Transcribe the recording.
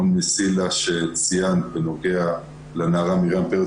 מעון "מסילה" שציינת בנוגע למרים פרץ